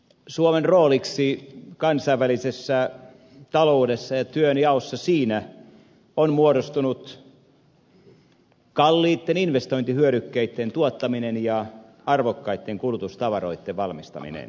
suomen rooliksi kansainvälisessä taloudessa ja työnjaossa siinä on muodostunut kalliitten investointihyödykkeitten tuottaminen ja arvokkaitten kulutustavaroitten valmistaminen